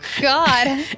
God